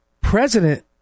president